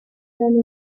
turned